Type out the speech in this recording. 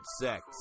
Sex